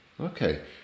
Okay